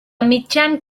mitjan